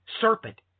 serpent